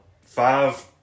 five